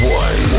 one